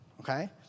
okay